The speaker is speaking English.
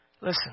Listen